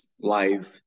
life